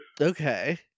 Okay